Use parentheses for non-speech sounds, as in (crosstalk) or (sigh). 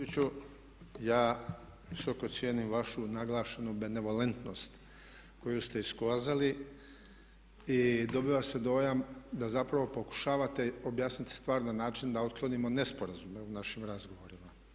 Gospodine … (unintelligible) ja visoko cijenim vašu naglašenu benevolentnost koju ste iskazali i dobiva se dojam da zapravo pokušavate objasniti stvar način da otklonimo nesporazume u našim razgovorima.